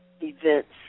events